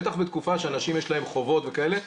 בטח בתקופה שאנשים יש להם חובות וכאלה.